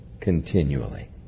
continually